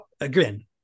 again